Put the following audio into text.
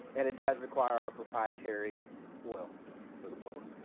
and it does require our propreitary oil for the blower.